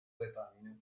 bretagna